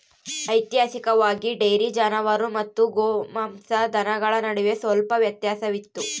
ಐತಿಹಾಸಿಕವಾಗಿ, ಡೈರಿ ಜಾನುವಾರು ಮತ್ತು ಗೋಮಾಂಸ ದನಗಳ ನಡುವೆ ಸ್ವಲ್ಪ ವ್ಯತ್ಯಾಸವಿತ್ತು